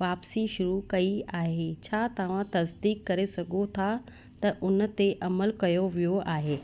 वापसी शुरू कई आहे छा तव्हां तजदीक करे सघो था त उन ते अमल कयो वियो आहे